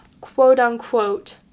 quote-unquote